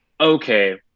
okay